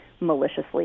maliciously